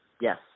Yes